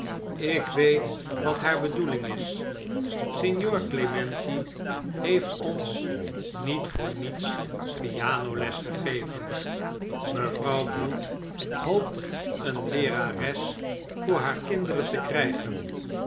ik weet wat haar bedoeling is signor clementi heeft ons niet voor niets pianoles gegeven mevrouw bute hoopt een leerares voor haar kinderen te krijgen